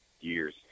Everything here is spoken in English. years